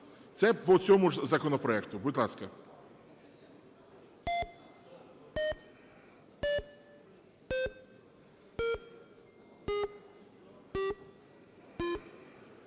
Це по цьому ж законопроекту, будь ласка.